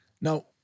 now